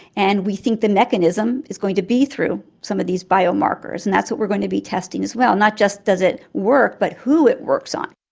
and we think the mechanism is going to be through some of these biomarkers, and that's what we going to be testing as well, not just does it work but who it works on.